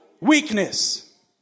Weakness